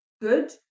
good